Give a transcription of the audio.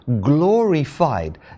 glorified